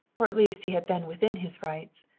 or at least he had been within his rights.